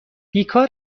بیکار